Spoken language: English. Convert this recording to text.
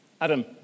Adam